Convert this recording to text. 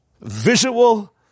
visual